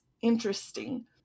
interesting